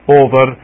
over